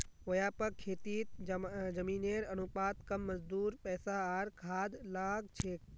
व्यापक खेतीत जमीनेर अनुपात कम मजदूर पैसा आर खाद लाग छेक